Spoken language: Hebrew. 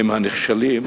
הוא הנחשלים,